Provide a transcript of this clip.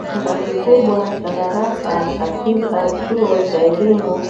Chumba kikubwa cha darasa katika chuo cha elimu